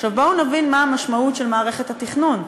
עכשיו, בואו נבין מה המשמעות של מערכת התכנון.